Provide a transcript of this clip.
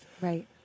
right